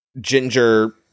Ginger